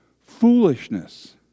foolishness